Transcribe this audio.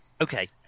Okay